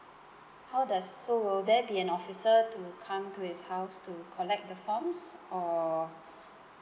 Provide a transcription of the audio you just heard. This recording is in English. how does so will there be an officer to come to his house to collect the forms or